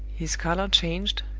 his color changed,